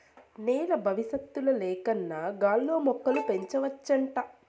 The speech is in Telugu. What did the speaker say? నేల బవిసత్తుల లేకన్నా గాల్లో మొక్కలు పెంచవచ్చంట